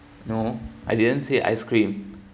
no I didn't say ice cream